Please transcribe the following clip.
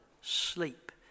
sleep